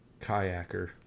kayaker